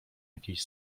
jakiejś